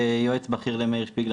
יועץ בכיר למאיר שפילגר,